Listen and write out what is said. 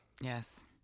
Yes